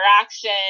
interaction